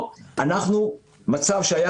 אני מזכיר, אנחנו בימים לא